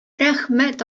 рәхмәт